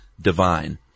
divine